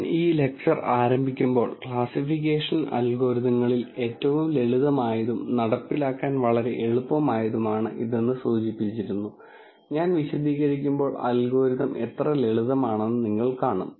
ഞാൻ ഈ ലെക്ച്ചർ ആരംഭിക്കുമ്പോൾ ക്ലാസിഫിക്കേഷൻ അൽഗോരിതങ്ങളിൽ ഏറ്റവും ലളിതമായതും നടപ്പിലാക്കാൻ വളരെ എളുപ്പമായതുമാണ് ഇതെന്ന് സൂചിപ്പിച്ചിരുന്നു ഞാൻ വിശദീകരിക്കുമ്പോൾ അൽഗോരിതം എത്ര ലളിതമാണെന്ന് നിങ്ങൾ കാണും